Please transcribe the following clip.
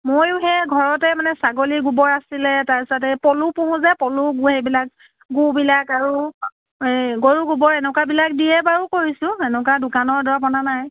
ময়ো সেই ঘৰতে মানে ছাগলী গোবৰ আছিলে তাৰপিছতে পলু পোহোঁ যে পলু গো এইবিলাক গোবিলাক আৰু এই গৰু গোবৰ এনেকুৱাবিলাক দিয়েই বাৰু কৰিছোঁ এনেকুৱা দোকানৰ দৰৱ অনা নাই